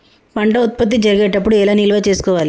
పంట ఉత్పత్తి జరిగేటప్పుడు ఎలా నిల్వ చేసుకోవాలి?